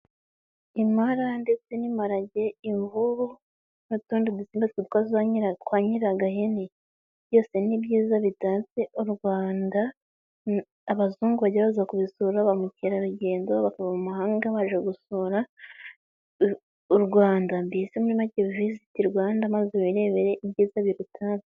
Impara ndetse n'imparage, imvubu n'utundi dusimba tuzwi kwizina twa nyiragahene. Byose ni ibyiza bitatse u Rwanda, abazungu bajya baza kubisura bamukerarugendo bakava mu mahanga baje gusura u Rwanda, mbese muri make viziti Rwanda maze wirebere ibyiza birutatse.